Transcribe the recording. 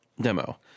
demo